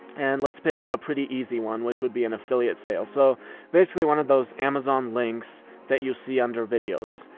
and let's pick a pretty easy one which would be an affiliate sale. so basically one of those amazon links that you see under videos.